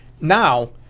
now